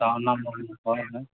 ᱥᱟᱣᱱᱟ ᱢᱩᱨᱢᱩ ᱦᱚᱭ ᱦᱚᱭ